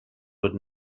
would